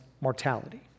mortality